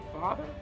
father